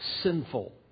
sinful